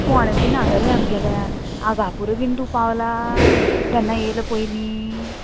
फोंण्या बीन हांगा रे आमगेल्या आगापूरा बीन तूं पावला केन्ना येयला पयलीं